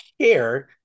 care